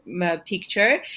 picture